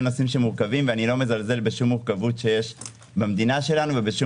אני לא מזלזל בשום מורכבות שיש במדינה שלנו ובשום